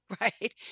Right